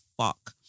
fuck